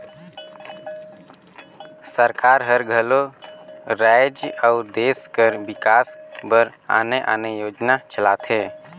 सरकार हर घलो राएज अउ देस कर बिकास बर आने आने योजना चलाथे